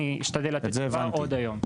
אני אשתדל לתת תשובה עוד היום.